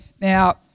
now